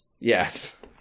Yes